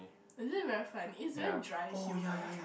is it very fun it's very dry humor